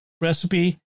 recipe